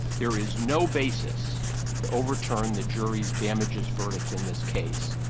there is no basis to overturn the jury's damages verdict in this case.